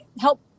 help